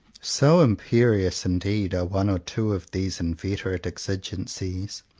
so imperious indeed are one or two of these inveterate exigencies,